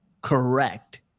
correct